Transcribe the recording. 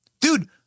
Dude